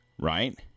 right